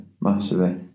massively